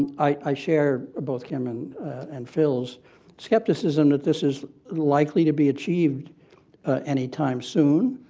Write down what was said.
i share both kim and and phils skepticism that this is likely to be achieved any time soon.